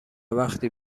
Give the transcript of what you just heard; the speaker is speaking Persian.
وقتی